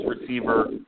receiver